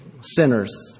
sinners